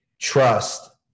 trust